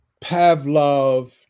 Pavlov